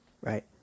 Right